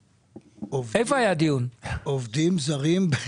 איפה היה דיון בעובדים זרים בחקלאות?